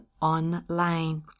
online